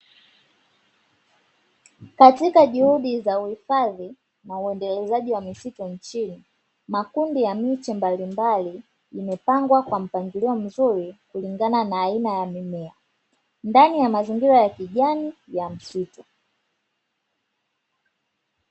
Katika juhudi za uhifadhi na uendelezaji wa misitu nchini, makundi ya miche mbalimbali imepangwa kwa mpangilio mzuri kulingana na aina ya mimea ndani ya mazingira ya kijani ya misitu.